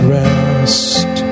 rest